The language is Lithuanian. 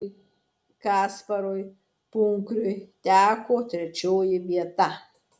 kasparui punkriui teko trečioji vieta